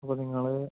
അപ്പോള് നിങ്ങള്